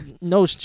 no